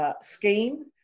scheme